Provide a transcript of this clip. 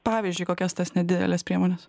pavyzdžiui kokios tos nedidelės priemonės